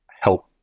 help